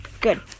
Good